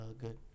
good